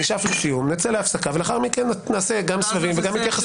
לאחר מכן נצא להפסקה ולאחר מכן יהיו התייחסויות.